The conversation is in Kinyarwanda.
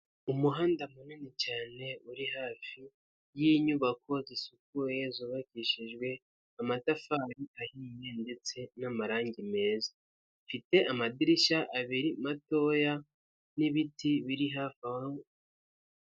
Umuhanda munini cyane uri hafi y'inyubako zisukuye zubakishijwe amatafari ahiye ndetse n'amarangi meza, ifite amadirishya abiri matoya n'ibiti biri hafi aho.